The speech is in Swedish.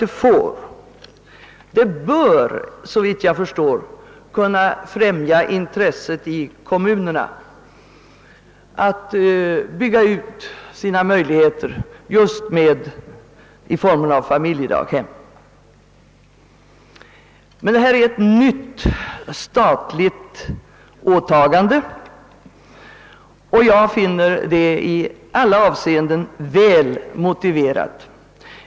Detta bidrag bör såvitt jag förstår kunna främja intresset ute i kommunerna för att bygga ut verksamheten i form av familjedaghem. Deita är ett nytt statligt åtagande, som jag anser vara i alla avseenden väl motiverat.